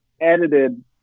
edited